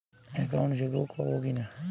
Account chequebook পাবো কি না?